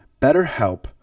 BetterHelp